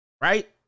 Right